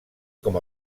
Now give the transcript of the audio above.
com